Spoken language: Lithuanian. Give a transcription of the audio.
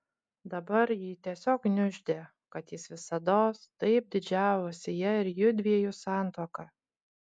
dabar jį tiesiog gniuždė kad jis visados taip didžiavosi ja ir jųdviejų santuoka